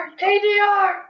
KDR